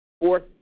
Fourth